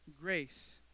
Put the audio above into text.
grace